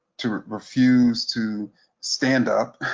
to refuse to stand up,